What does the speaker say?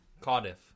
Cardiff